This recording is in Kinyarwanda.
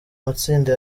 matsinda